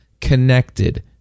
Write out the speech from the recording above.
connected